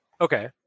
Okay